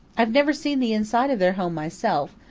i've never seen the inside of their home myself,